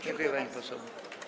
Dziękuję, pani poseł.